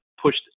pushed